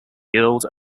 guild